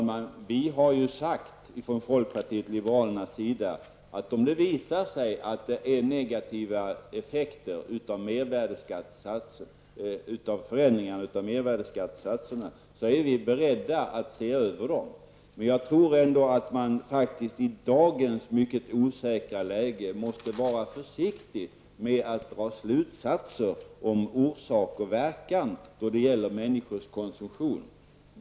Fru talman! Vi i folkpartiet liberalerna har sagt, att om det visar sig att det blir negativa effekter av förändringen av mervärdeskattesatserna, är vi beredda att se över dem. Men jag tror att man i dagens mycket osäkra läge måste vara försiktig med att dra slutsatser om orsak och verkan då det gäller människors konsumtion.